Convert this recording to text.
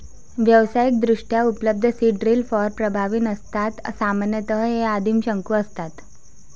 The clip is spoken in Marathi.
व्यावसायिकदृष्ट्या उपलब्ध सीड ड्रिल फार प्रभावी नसतात सामान्यतः हे आदिम शंकू असतात